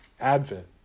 Advent